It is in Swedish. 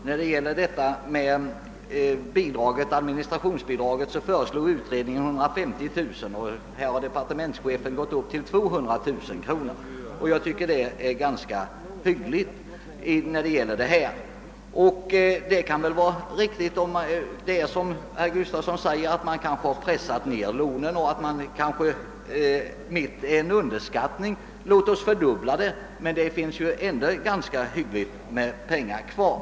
Herr talman! När det gäller administrationsbidraget föreslog utredningen 150 000 kronor, medan departementschefen har gått upp till 200 000 kronor. Jag tycker det är ett ganska hyggligt belopp. Det kan sedan kanske vara riktigt vad herr Gustafsson i Skellefteå säger att jag underskattar ökningen av kraven på direktlån. Låt oss då fördubbla beloppen, och det finns ändå gott om pengar kvar.